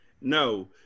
No